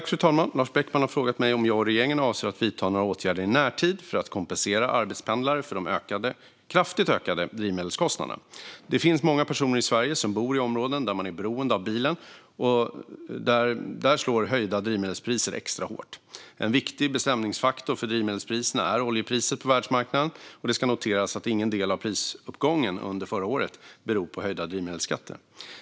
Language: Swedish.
Fru talman! Lars Beckman har frågat mig om jag och regeringen avser att vidta några åtgärder i närtid för att kompensera arbetspendlare för de kraftigt ökade drivmedelskostnaderna. Det finns många personer i Sverige som bor i områden där man är beroende av bilen, och där slår höjda drivmedelspriser extra hårt. En viktig bestämningsfaktor för drivmedelspriserna är oljepriset på världsmarknaden, och det ska noteras att ingen del av prisuppgången under förra året beror på höjda drivmedelsskatter.